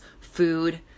Food